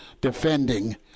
defending